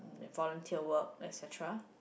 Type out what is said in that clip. volunteer work exact